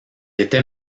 était